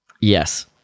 Yes